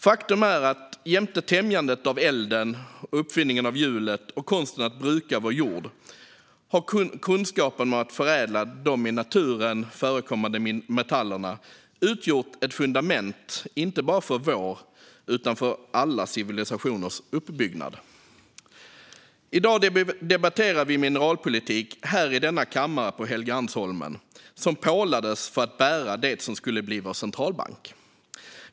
Faktum är att jämte tämjandet av elden, uppfinningen av hjulet och konsten att bruka vår jord har kunskapen om att förädla de i naturen förekommande metallerna utgjort ett fundament inte bara för vår civilisations utan för alla civilisationers uppbyggnad. I dag debatterar vi mineralpolitik här i denna kammare på Helgeandsholmen, som pålades för att bära det som skulle bli vår centralbank.